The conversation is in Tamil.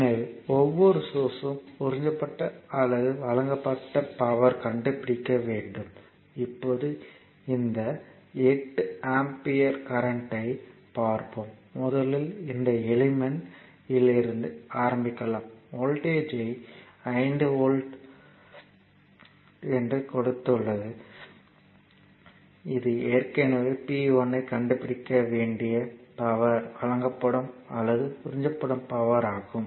எனவே ஒவ்வொரு சோர்ஸ்யும் உறிஞ்சப்பட்ட அல்லது வழங்கப்பட்ட பவர்யை கண்டுபிடிக்க வேண்டும் இப்போது இந்த 8 ஆம்பியர் கரண்ட்யை பார்ப்போம் முதலில் இந்த எலிமெண்ட் இலிருந்து ஆரம்பிக்கலாம் வோல்ட்டேஜ்யை 5 வோல்ட் mகொண்டுள்ளது இஎனவே p 1 ஐ கண்டுபிடிக்க வேண்டிய பவர் வழங்கப்படும் அல்லது உறிஞ்சப்படும் பவர் ஆகும்